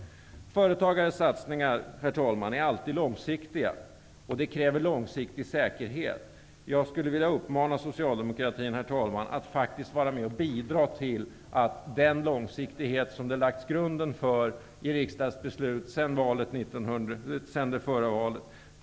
Företagares satsningar, herr talman, är alltid långsiktiga, och de kräver långsiktig säkerhet. Jag skulle vilja uppmana socialdemokratin, herr talman, att bidra till att garantera den långsiktighet som man har lagt grunden till i riksdagsbeslut sedan det senaste valet.